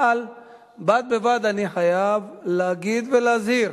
אבל בד בבד אני חייב להגיד ולהזהיר,